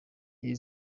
iri